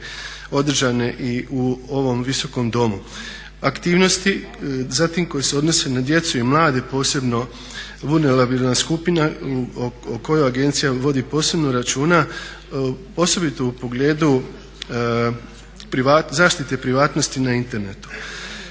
održane i u ovom visokom domu. Aktivnosti zatim koje se odnose na djecu i mlade posebno vunelabilna skupina o kojoj agencija vodi posebno računa osobito u pogledu zaštite privatnosti na internetu.